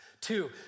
Two